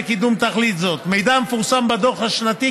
מידע המפורסם בדוח השנתי,